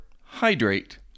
hydrate